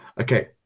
Okay